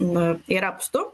nu ir apstu